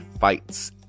fights